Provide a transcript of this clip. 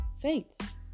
Faith